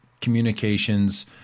communications